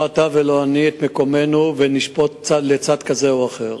לא אתה ולא אני, במקומנו, ונשפוט לצד כזה או אחר.